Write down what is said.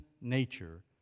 nature